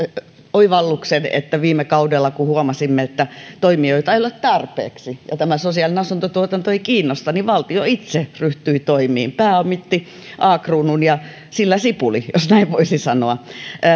oivalluksen että viime kaudella kun huomasimme että toimijoita ei ole tarpeeksi ja tämä sosiaalinen asuntotuotanto ei kiinnosta valtio itse ryhtyi toimiin pääomitti a kruunun ja sillä sipuli jos näin voisi sanoa